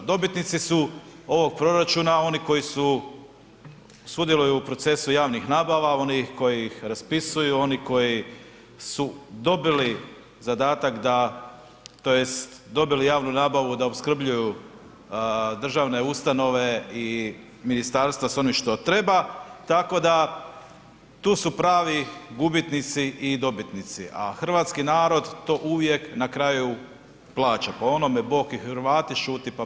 Dobitnici su ovog proračuna oni koji su sudjeluju u procesu javnih nabava, oni koji ih raspisuju, oni koji su dobili zadatak da, tj. dobili javnu nabavu da opskrbljuju državne ustanove i ministarstva s onim što treba, tako da, tu su pravi gubitnici i dobitnici, a hrvatski narod to uvijek na kraju plaća, po onome Bog i Hrvati, šuti, pa plati.